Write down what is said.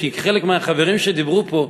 כי חלק מהחברים שדיברו פה,